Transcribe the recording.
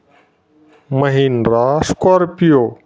Mahindra Scorpio